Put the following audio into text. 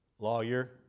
Lawyer